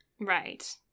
Right